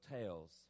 tales